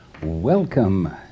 Welcome